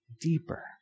deeper